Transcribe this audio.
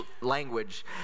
language